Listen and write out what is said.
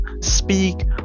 speak